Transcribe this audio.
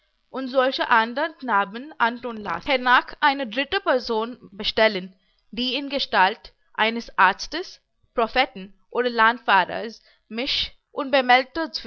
und solche andern knaben antun lassen hernach eine dritte person bestellen die in gestalt eines arztes propheten oder landfahrers